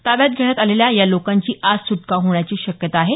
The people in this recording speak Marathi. ताब्यात घेण्यात आलेल्या या लोकांची आज सुटका होण्याची शक्यता आहे